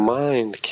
mind